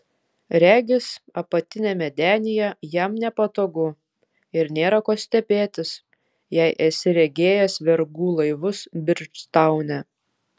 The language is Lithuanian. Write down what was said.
regis apatiniame denyje jam nepatogu ir nėra ko stebėtis jei esi regėjęs vergų laivus bridžtaune